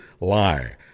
lie